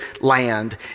land